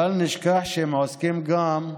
בל נשכח שהם עוסקים גם,